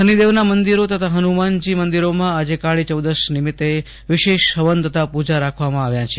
શનિદેવના મંદિરો તથા હનુમાનજી મંદિરોમાં આજે કાળી ચૌદસ નિમિત્તે વિશેષ હવન અને પૂજા રાખવામાં આવી છે